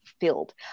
filled